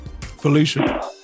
Felicia